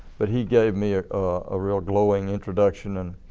but he gave me a a real glowing introduction. and